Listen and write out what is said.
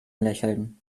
lächeln